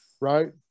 right